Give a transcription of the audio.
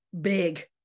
big